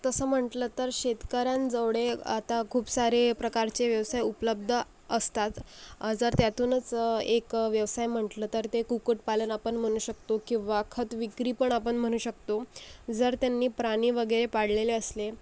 तसं म्हटलं तर शेतकऱ्यानं जेवढे आता खूप सारे प्रकारचे व्यवसाय उपलब्ध असतात जर त्यातूनच एक व्यवसाय म्हटलं तर ते कुक्कुटपालन आपण म्हणू शकतो किंवा खत विक्री पण आपण म्हणू शकतो जर त्यांनी प्राणी वगैरे पाळलेले असले